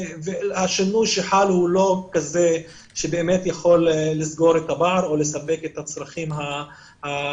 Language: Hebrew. והשינוי שחל לא באמת יכול לסגור את הפער או לספק את הצרכים הקיימים.